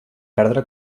perdre